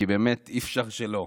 כי באמת אי-אפשר שלא.